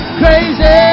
crazy